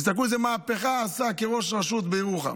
תסתכלו איזו מהפכה הוא עשה כראש רשות בירוחם.